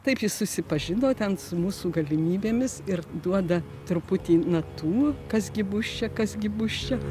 taip jis susipažino ten su mūsų galimybėmis ir duoda truputį natų kas gi bus čia kas gi bus čia